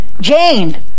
Jane